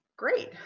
Great